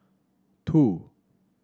two